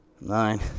nine